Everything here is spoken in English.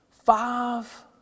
Five